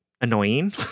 annoying